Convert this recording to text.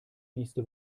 nächste